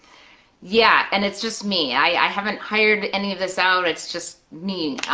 yeah, and it's just me, i haven't hired any of this out, it's just me.